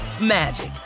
magic